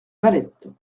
valette